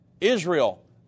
Israel